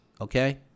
okay